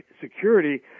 security